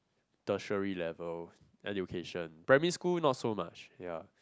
tertiary level education primary school not so much ya